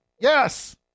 Yes